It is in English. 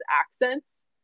accents